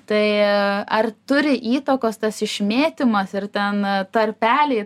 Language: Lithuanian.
tai ar turi įtakos tas išmėtymas ir ten tarpeliai